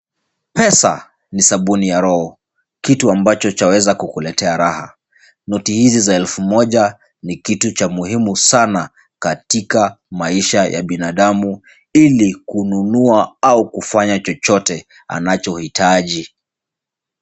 Pesa ni sabuni ya roho, kitu ambacho chaweza kuletea raha. Noti hizi za elfu moja ni kitu cha muhimu sana katika maisha ya binadamu, ili kununua au kufanya chochote anachohitaji.